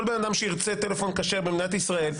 כל בן אדם שירצה טלפון כשר במדינת ישראל,